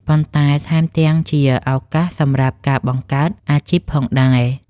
ប៉ុន្តែថែមទាំងជាឱកាសសម្រាប់ការបង្កើតអាជីពផងដែរ។